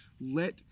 let